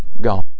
Gone